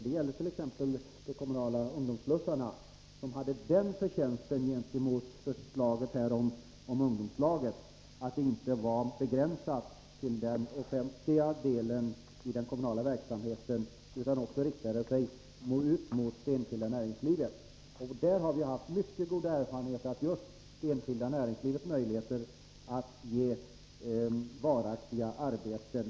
Ett exempel är de kommunala ungdomsslussarna. Det förslaget hade i förhållande till förslaget om ungdomslagen den förtjänsten, att det inte var begränsat till den offentliga delen av den kommunala verksamheten utan också riktade sig till det enskilda näringslivet. I det fallet har vi fått mycket goda erfarenheter av det enskilda näringslivets möjligheter att ge varaktiga arbeten.